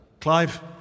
Clive